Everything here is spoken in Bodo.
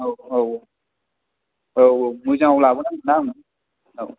औ औ औ औ औ औ मोजां आव लाबोनांगोन ना आङो औ